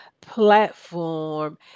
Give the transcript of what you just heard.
platform